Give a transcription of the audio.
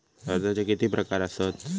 कर्जाचे किती प्रकार असात?